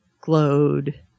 glowed